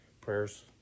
prayers